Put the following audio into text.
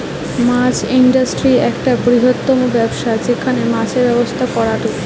মাছ industry একটা বৃহত্তম ব্যবসা যেখানে মাছের ব্যবসা করাঢু